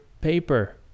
paper